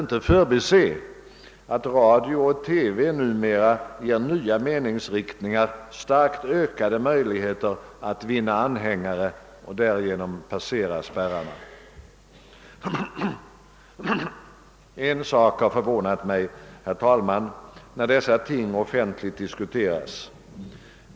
inte förbise, att radio och TV numera ger nya meningsriktningar starkt ökade möjligheter att vinna anhängare och därigenom passera spärrarna. En sak har förvånat mig, herr talman, när dessa ting offentligt diskuterats.